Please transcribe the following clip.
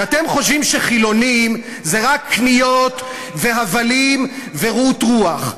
שאתם חושבים שחילונים זה רק קניות והבלים ורעות רוח.